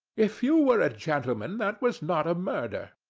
if you were a gentleman, that was not a murder.